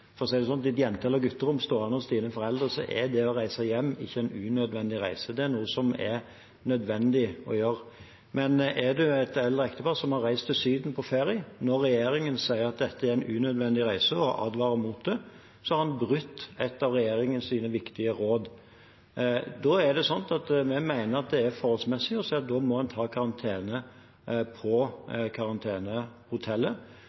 det sånn, ditt jente- eller gutterom stående hos dine foreldre, er det å reise hjem ikke en unødvendig reise, det er noe som er nødvendig å gjøre. Men et eldre ektepar som har reist til Syden på ferie når regjeringen sier at dette er en unødvendig reise og advarer mot det, har brutt et av regjeringens viktige råd. Da mener vi at det er forholdsmessig å si at en må ta karantene på